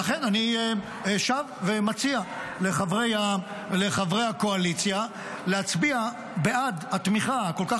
לכן אני שב ומציע לחברי הקואליציה להצביע בעד התמיכה הכל-כך